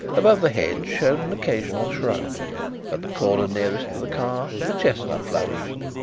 above the hedge showed an occasional shrub at the corner nearest to the car a chestnut flourished.